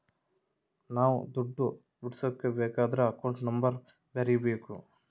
ನಾವ್ ದುಡ್ಡು ಬಿಡ್ಸ್ಕೊಬೇಕದ್ರ ಅಕೌಂಟ್ ನಂಬರ್ ಬರೀಬೇಕು